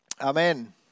Amen